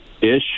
ish